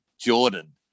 jordan